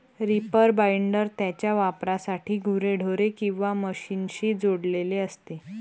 reaper binder त्याच्या वापरासाठी गुरेढोरे किंवा मशीनशी जोडलेले असते